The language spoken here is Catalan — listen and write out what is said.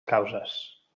causes